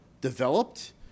developed